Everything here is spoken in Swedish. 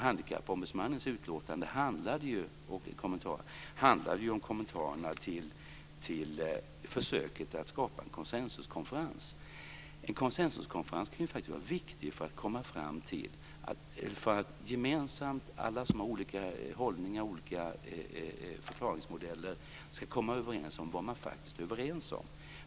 Handikappombudsmannens utlåtande och kommentar handlade ju om kommentarerna till försöket att skapa en konsensuskonferens. En konsensuskonferens kan ju faktiskt vara viktig för att alla som har olika hållningar och olika förklaringsmodeller ska komma överens om vad man faktiskt är överens om.